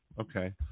Okay